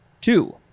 Two